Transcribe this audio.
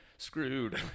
screwed